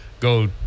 go